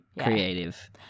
creative